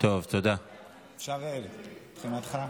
אפשר להתחיל מהתחלה?